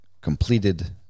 completed